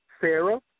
Sarah